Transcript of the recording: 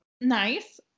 Nice